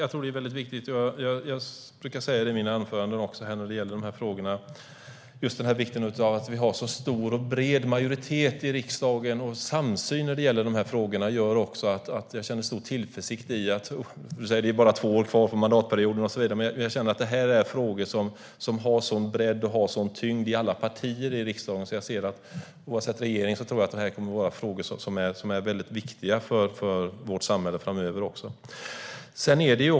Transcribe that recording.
Herr talman! Jag brukar i mina anföranden om de här frågorna betona vår breda majoritet och samsyn i de här frågorna i riksdagen. Det gör att jag känner stor tillförsikt. Det är bara två år kvar av mandatperioden. Men jag känner att det här är frågor som har en sådan bredd och tyngd i alla partier i riksdagen, så oavsett regering tror jag att de kommer att vara väldigt viktiga för vårt samhälle även framöver.